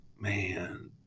man